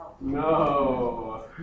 No